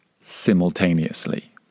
simultaneously